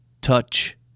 touch